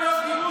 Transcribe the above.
עושים יום גיבוש